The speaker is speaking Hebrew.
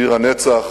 עיר הנצח,